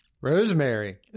Rosemary